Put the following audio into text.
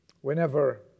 Whenever